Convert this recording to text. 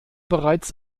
bereits